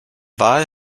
wahl